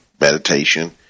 meditation